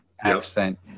accent